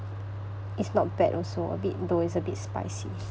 it's not bad also a bit though it's a bit spicy